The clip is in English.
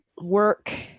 work